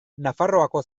nafarroako